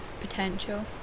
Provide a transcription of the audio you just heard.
potential